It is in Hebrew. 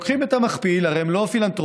לוקחים את המכפיל הרי הם לא פילנתרופים,